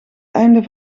einde